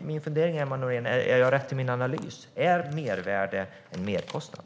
Min fundering, Emma Nohrén, är: Är jag rätt i min analys? Är mervärde en merkostnad?